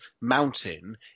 mountain